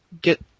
get